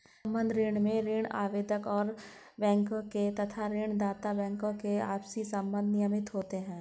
संबद्ध ऋण में ऋण आवेदक और बैंकों के तथा ऋण दाता बैंकों के आपसी संबंध नियमित होते हैं